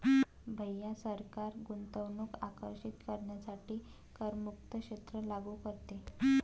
भैया सरकार गुंतवणूक आकर्षित करण्यासाठी करमुक्त क्षेत्र लागू करते